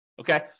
okay